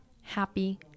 happy